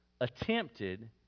attempted